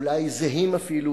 אולי זהים אפילו,